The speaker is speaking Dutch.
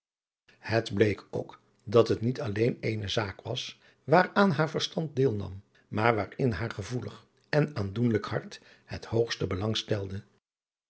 het bleek ook dat het niet alleen eene zaak was waaraan haar verstand deel nam maar waarin haar gevoelig en aandoenlijk hart het hoogste